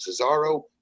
Cesaro